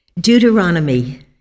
Deuteronomy